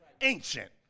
Ancient